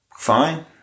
Fine